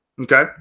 Okay